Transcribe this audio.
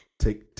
take